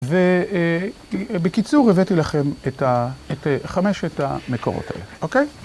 ובקיצור, הבאתי לכם את חמשת המקורות האלה, אוקיי?